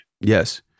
Yes